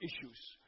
issues